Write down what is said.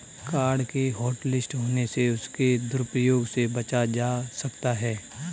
card के hotlist होने से उसके दुरूप्रयोग से बचा जा सकता है